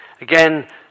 Again